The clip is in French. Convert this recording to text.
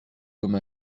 comme